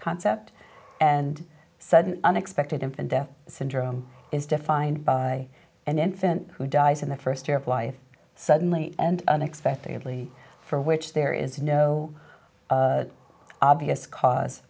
concept and sudden unexpected infant death syndrome is defined by an infant who dies in the first year of life suddenly and unexpectedly for which there is no obvious cause